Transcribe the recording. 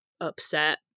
upset